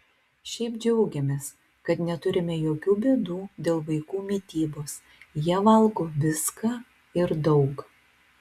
šiaip džiaugiamės kad neturime jokių bėdų dėl vaikų mitybos jie valgo viską ir daug